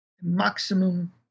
maximum